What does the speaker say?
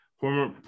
former